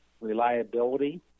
reliability